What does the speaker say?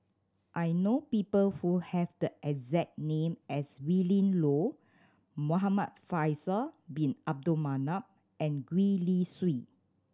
I know people who have the exact name as Willin Low Muhamad Faisal Bin Abdul Manap and Gwee Li Sui